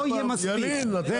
תודה